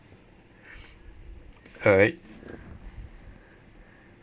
alright